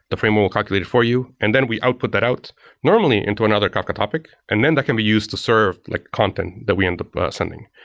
the framework will calculate it for you. and then we output that out normally into another kafka topic. and then that can be used to serve like content that we end up sending.